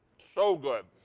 so good.